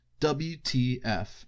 WTF